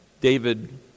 David